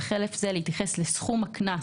וחלף זה להתייחס לסכום הקנס,